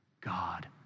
God